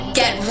get